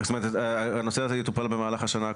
זאת אומרת שהנושא הזה יטופל במהלך השנה הקרובה?